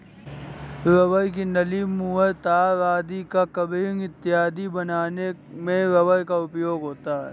rubber की नली, मुहर, तार आदि का कवरिंग इत्यादि बनाने में रबर का उपयोग होता है